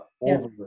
over